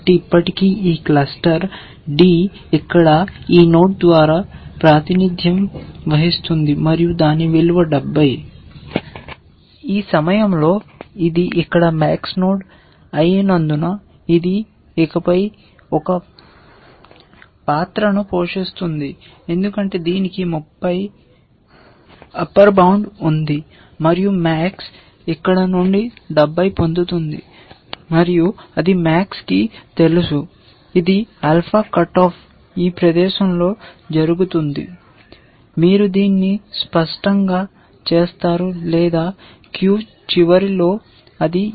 కాబట్టి ఇప్పటికీ ఈ క్లస్టర్ D ఇక్కడ ఈ నోడ్ ద్వారా ప్రాతినిధ్యం వహిస్తుంది మరియు దాని విలువ 70